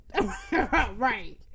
Right